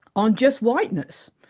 on just whiteness.